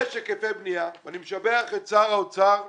יש היקפי בנייה, ואני משבח את שר האוצר,